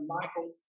Michael